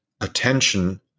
attention